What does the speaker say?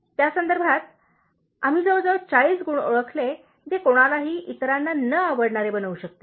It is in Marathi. त्या संदर्भात आम्ही जवळजवळ 40 गुण ओळखले जे कोणालाही इतराना न आवडणारे बनवू शकतील